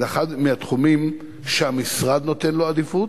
זה אחד מהתחומים שהמשרד נותן להם עדיפות,